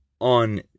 on